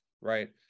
right